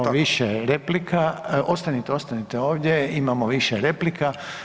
Imamo više replika, ostanite, ostanite ovdje, imamo više replika.